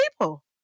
people